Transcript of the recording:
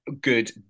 good